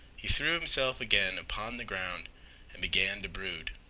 he threw himself again upon the ground and began to brood.